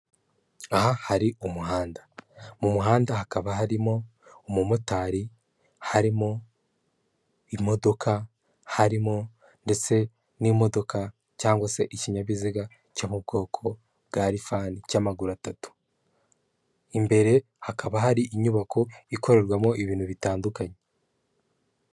Aha hari umuhanda, mu muhanda hakaba harimo umumotari, harimo imodoka, harimo ndetse n'imodoka cyangwa se ikinyabiziga cyo mu bwoko bwa lifani cy'amaguru atatu, imbere hakaba hari inyubako ikorerwamo ibintu bitandukanye.